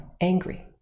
angry